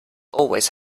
always